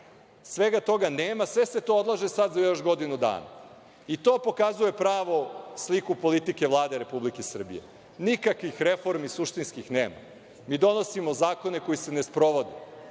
svega toga nema! Sve se to odlaže sad za još godinu dana. To pokazuje pravu sliku politike Vlade Republike Srbije. Nikakvih reformi suštinskih nema. Mi donosimo zakone koji se ne sprovode,